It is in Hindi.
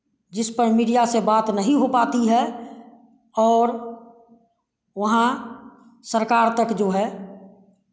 जिस पर मीडिया से बात नहीं हो पाती है और वहाँ सरकार तक जो है